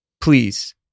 please